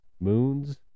moons